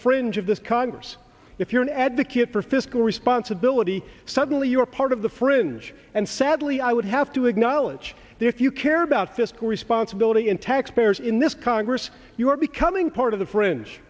fringe of this congress if you're an advocate for fiscal responsibility suddenly you are part of the fringe and sadly i would have to acknowledge that if you care about fiscal responsibility in taxpayers in this congress you're becoming part of the fr